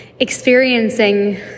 experiencing